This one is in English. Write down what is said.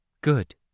Good